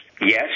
Yes